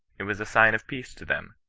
it was a sign of peace to them.